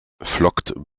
flockt